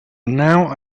now